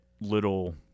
little